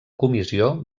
comissió